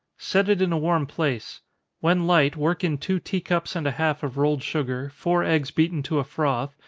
set it in a warm place when light, work in two tea-cups and a half of rolled sugar, four eggs beaten to a froth,